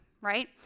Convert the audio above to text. right